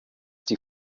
die